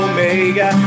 Omega